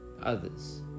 others